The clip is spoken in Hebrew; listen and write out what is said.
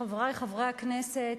חברי חברי הכנסת,